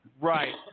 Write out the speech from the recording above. Right